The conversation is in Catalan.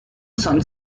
són